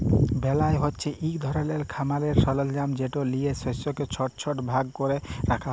বেলার হছে ইক ধরলের খামারের সরলজাম যেট লিঁয়ে শস্যকে ছট ছট ভাগ ক্যরে রাখা হ্যয়